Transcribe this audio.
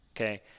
okay